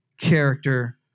character